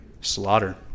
slaughter